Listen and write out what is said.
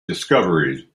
discoveries